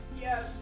Yes